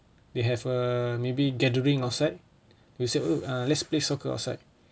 they have a maybe gathering outside we said oh let's play soccer outside